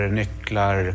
nycklar